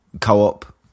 co-op